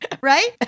Right